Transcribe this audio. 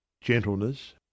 gentleness